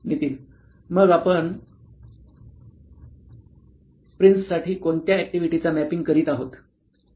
नितीन मग आपण प्रिन्ससाठी कोणत्या अॅक्टिव्हिटीचा मॅपिंग करीत आहोत